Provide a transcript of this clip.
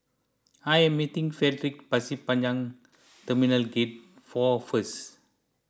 I am meeting Fredrick Pasir Panjang Terminal Gate four first